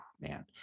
man